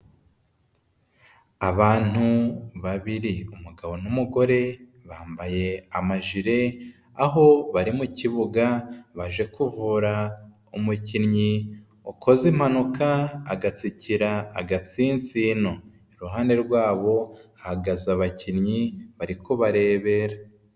Abantu babiri umugabo n'umugore bambaye amajire, aho bari mu kibuga baje kuvura umukinnyi wakoze impanuka agatsikira agatsinsino, iruhande rwabo hagaze abakinnyi bari kubarebera.